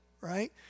right